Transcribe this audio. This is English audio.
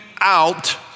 out